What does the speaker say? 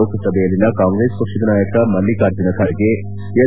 ಲೋಕಸಭೆಯಲ್ಲಿ ಕಾಂಗ್ರೆಸ್ ಪಕ್ಷದ ನಾಯಕ ಮಲ್ಲಿಕಾರ್ಜುನ ಖರ್ಗೆ ಎಲ್